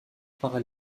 par